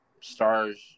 stars